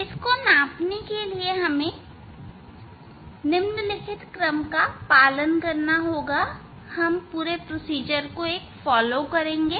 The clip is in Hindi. इसको नापने के लिए निम्नलिखित क्रम का पालन करना होगा हम निम्नलिखित क्रम का पालन करेंगे